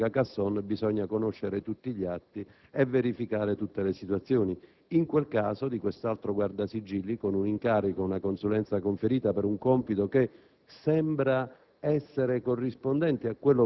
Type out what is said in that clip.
perché per dare una risposta alle cose che diceva il collega Casson bisogna conoscere tutti gli atti e verificare tutte le situazioni. Nel caso di quest'altro Guardasigilli, con un incarico e una consulenza conferiti per un compito che